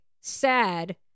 sad